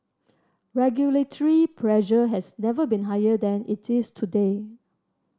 regulatory pressure has never been higher than it is today